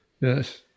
Yes